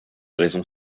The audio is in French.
raisons